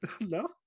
no